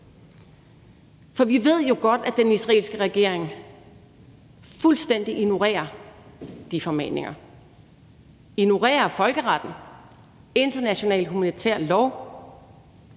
For vi ved jo godt, at den israelske regering fuldstændig ignorerer de formaninger, ignorerer folkeretten, international humanitær lov.